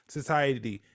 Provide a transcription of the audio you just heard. society